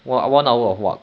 how long